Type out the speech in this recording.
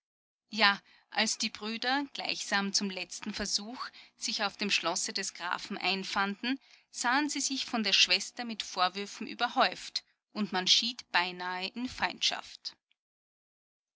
ja als die brüder gleichsam zum letzten versuch sich auf dem schlosse des grafen einfanden sahen sie sich von der schwester mit vorwürfen überhäuft und man schied beinahe in feindschaft